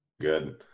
good